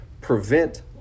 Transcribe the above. prevent